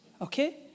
okay